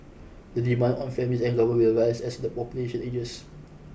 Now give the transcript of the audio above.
the demand on families and government will rise as the population ages